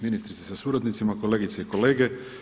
Ministrice sa suradnicima, kolegice i kolege.